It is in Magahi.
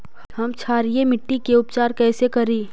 हम क्षारीय मिट्टी के उपचार कैसे करी?